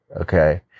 okay